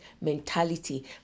mentality